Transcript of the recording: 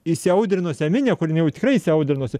įsiaudrinusią minią kūri jin jau tikrai įsiaudrinusi